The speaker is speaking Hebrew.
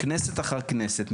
כנסת אחר כנסת,